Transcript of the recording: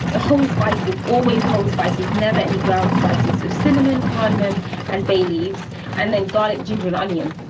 whole spices, always whole spices never any ground spices of cinnamon, cardamom and and bay leaves and then garlic, ginger and onion,